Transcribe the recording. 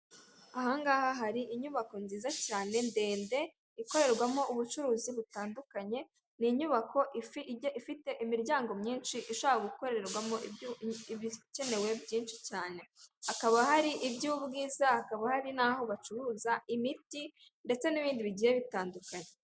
Aha ngaha hari inyubako ebyiri nziza cyane ndende ikorerwamo ubucuruzi butandukanye, ni inyubako ifite imiryango myinshi cyane ishobora gukorerwamo ibikenewe byinshi cyane, hakaba hari iby'ubwiza hakaba hari n'aho bacuruza imiti ndetse n'ibindi bigiye bitandukanye.